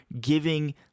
giving